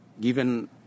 given